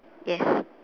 yes